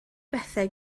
bethau